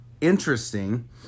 interesting